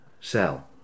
Sell